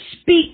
speak